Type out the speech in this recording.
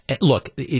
Look